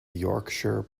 yorkshire